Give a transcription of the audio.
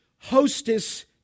hostess